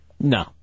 No